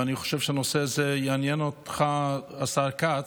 אני חושב שהנושא הזה יעניין אותך, השר כץ,